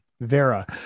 Vera